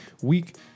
week